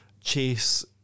chase